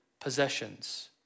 possessions